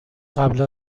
قبل